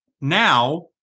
now